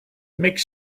make